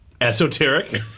Esoteric